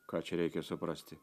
ką čia reikia suprasti